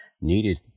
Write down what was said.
needed